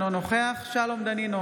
אינו נוכח שלום דנינו,